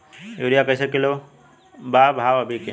Urea कइसे kilo बा भाव अभी के?